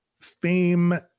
fame